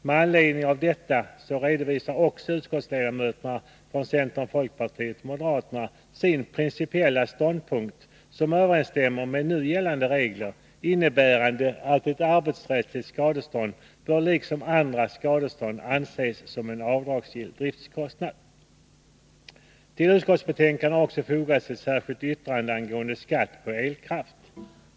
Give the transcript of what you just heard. Med anledning av detta redovisar också utskottsledamöterna från centern, folkpartiet och moderaterna sin principiella ståndpunkt, som överensstämmer med nu gällande regler, innebärande att ett arbetsrättsligt skadestånd liksom andra skadestånd bör anses som en avdragsgill driftkostnad. Till utskottsbetänkandet har vi centerpartister också fogat ett särskilt yttrande angående skatt på viss elkraft.